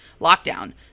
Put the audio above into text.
lockdown